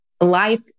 life